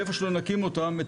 ואיפה שלא נקים את הקווים,